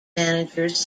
managers